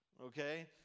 Okay